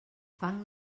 fang